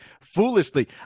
foolishly